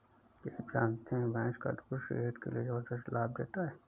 क्या आप जानते है भैंस का दूध सेहत के लिए जबरदस्त लाभ देता है?